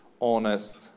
honest